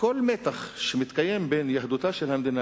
כל מתח שמתקיים בין יהדותה של המדינה